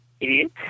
idiot